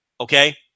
okay